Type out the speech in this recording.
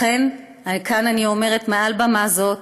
לכן אני אומרת כאן, מעל במה זו: